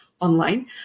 online